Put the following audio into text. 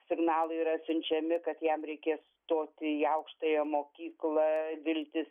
signalai yra siunčiami kad jam reikės stoti į aukštąją mokyklą viltis